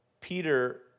Peter